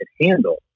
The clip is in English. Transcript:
handle